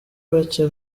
bacye